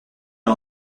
met